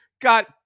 got